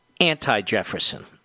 anti-Jefferson